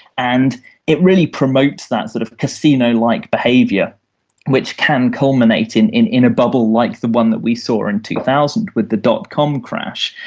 and it really promotes that sort of casino-like behaviour which can culminate in in a bubble like the one that we saw in two thousand with the dot-com crash.